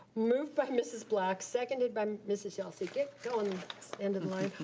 moved by mrs. black. seconded by mrs. yelsey. get going end of the line.